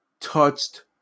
touched